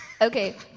Okay